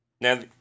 Now